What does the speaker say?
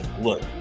Look